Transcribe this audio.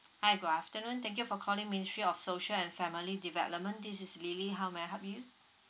hi good afternoon thank you for calling ministry of social and family development this is lily how may I help you